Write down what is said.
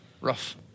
rough